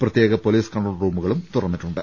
പ്രത്യേക police control റൂമുകളും തുറന്നിട്ടുണ്ട്